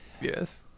Yes